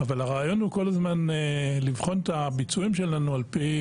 אבל הרעיון הוא כל הזמן לבחון את הביצועים שלנו על פי